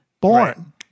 born